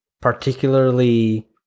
particularly